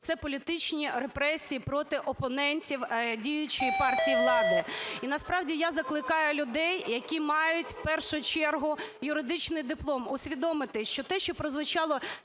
це політичні репресії проти опонентів діючої партії і влади. І насправді я закликаю людей, які мають в першу чергу юридичний диплом, усвідомити, що те, що прозвучало